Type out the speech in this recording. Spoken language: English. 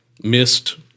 missed